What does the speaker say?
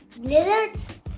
Blizzards